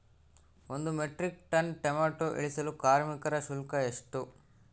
ಒಂದು metric ton tomato ಇಳಿಸಲು ಕಾರ್ಮಿಕರ ಶುಲ್ಕ ಎಷ್ಟು?